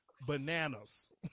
bananas